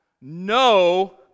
no